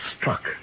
struck